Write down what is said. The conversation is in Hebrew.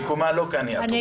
מקומה לא כאן, את אומרת.